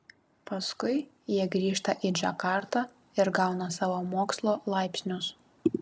paskui jie grįžta į džakartą ir gauna savo mokslo laipsnius